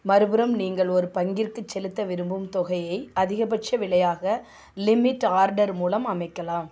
மறுபுறம் நீங்கள் ஒரு பங்கிற்குச் செலுத்த விரும்பும் தொகையை அதிகபட்ச விலையாக லிமிட் ஆர்டர் மூலம் அமைக்கலாம்